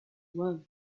work